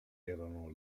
erano